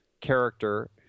character